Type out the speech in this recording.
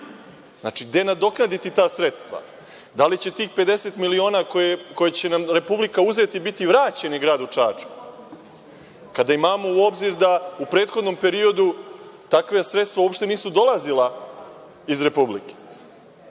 Znači, gde nadoknaditi ta sredstva? Da li će tih 50 miliona koje će nam Republika uzeti biti vraćene gradu Čačku, kada imamo u obzir da u prethodnom periodu takva sredstva uopšte nisu dolazila iz Republike?